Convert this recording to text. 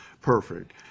perfect